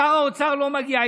שר האוצר לא מגיע.